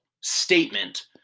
statement